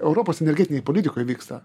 europos energetinėj politikoj vyksta